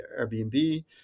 Airbnb